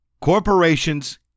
Corporations